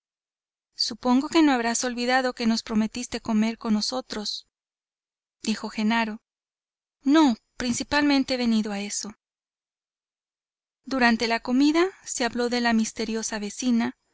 supongo que no habrás olvidado que nos prometiste comer hoy con nosotros dijo genaro no principalmente he venido por eso durante la comida se habló de la misteriosa vecina